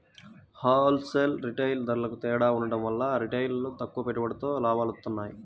whole sale, retail ధరలకూ తేడా ఉండటం వల్ల రిటైల్లో తక్కువ పెట్టుబడితో లాభాలొత్తన్నాయి